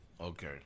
Okay